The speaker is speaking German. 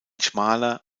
schmaler